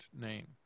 name